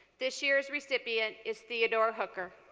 this year's recipient is theodore hooker.